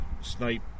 snipe